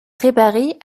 préparée